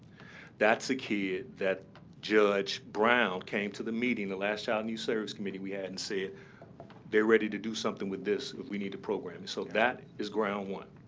that's a kid that judge brown came to the meeting the last child and youth services committee we had and said they're ready to do something with this, we need a program. so that is ground one.